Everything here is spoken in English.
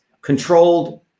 controlled